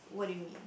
what do you mean